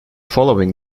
following